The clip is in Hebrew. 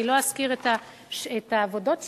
אני לא אזכיר את העבודות שלהם,